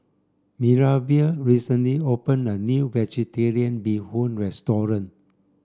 Minervia recently opened a new vegetarian bee hoon restaurant